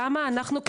למה אנחנו,